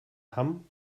hamm